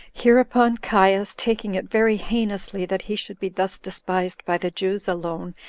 hereupon caius, taking it very heinously that he should be thus despised by the jews alone,